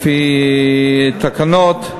לפי תקנות,